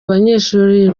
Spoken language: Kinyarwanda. banyeshuri